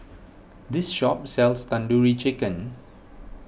this shop sells Tandoori Chicken